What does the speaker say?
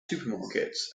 supermarkets